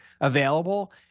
available